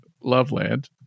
Loveland